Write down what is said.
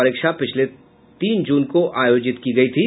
परीक्षा पिछले तीन जून को आयोजित की गयी थी